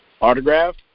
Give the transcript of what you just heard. autograph